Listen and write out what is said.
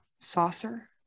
saucer